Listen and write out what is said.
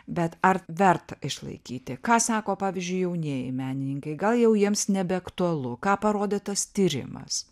bet ar verta išlaikyti ką sako pavyzdžiui jaunieji menininkai gal jau jiems nebeaktualu ką parodė tas tyrimas